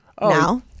now